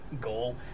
goal